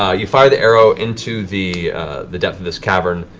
ah you fire the arrow into the the depth of this cavern.